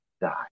die